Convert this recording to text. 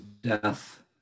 death